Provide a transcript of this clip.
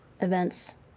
events